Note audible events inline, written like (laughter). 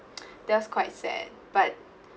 (noise) that was quite sad but